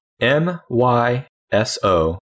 M-Y-S-O